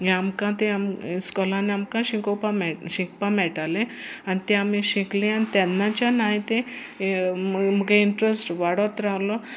हे आमकां तें आमी स्कॉलान आमकां शिकोवपाक मे शिकपाक मेळटालें आनी तें आमी शिकले आनी तेन्नाच्यान हांवें ते मुगे इंट्रस्ट वाडत रावलो